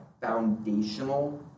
foundational